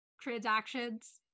transactions